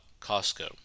Costco